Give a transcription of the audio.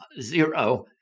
zero